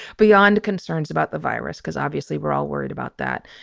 beyond concerns about the virus, because obviously we're all worried about that.